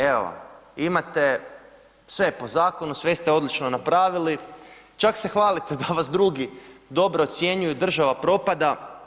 Evo vam, imate, sve je po zakonu, sve ste odlično napravili, čak se hvalite da vas drugi dobro ocjenjuju, država propada.